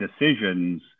decisions